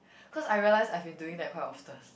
cause I realise I've been doing that quite often